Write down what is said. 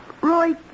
Roy